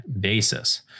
basis